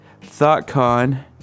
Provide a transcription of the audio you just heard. ThoughtCon